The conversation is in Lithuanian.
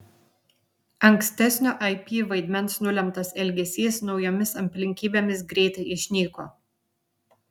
ankstesnio ip vaidmens nulemtas elgesys naujomis aplinkybėmis greitai išnyko